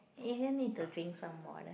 if you need to drink some water